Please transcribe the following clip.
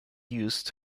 used